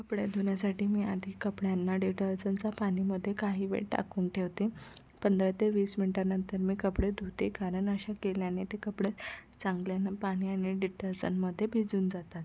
कपडे धुण्यासाठी मी आधी कपड्यांना डिटर्जंटचा पाणीमधे काही वेळ टाकून ठेवते पंधरा ते वीस मिनिटानंतर मी कपडे धुते कारण असे केल्याने ते कपडे चांगल्यानं पानि आनि डिटर्जंनमध्ये भिजून जातात